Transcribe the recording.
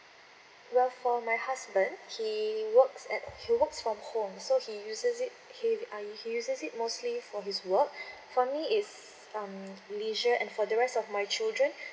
well for my husband he works at he works from home so he uses it he uh he uses it mostly for his work for me is um leisure and for the rest of my children